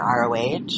ROH